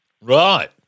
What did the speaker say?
Right